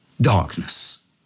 darkness